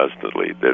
Constantly